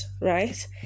right